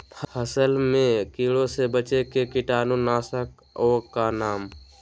फसल में कीटों से बचे के कीटाणु नाशक ओं का नाम?